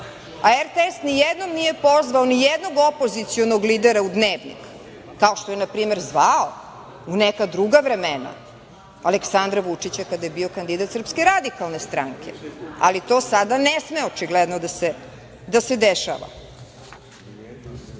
a RTS nijednom nije pozvao nijednog opozicionog lidera u Dnevnik, kao što je, na primer, zvao u neka druga vremena Aleksandra Vučića, kada je bio kandidat Srpske radikalne stranke, ali to sada ne sme očigledno da se dešava.A